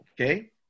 Okay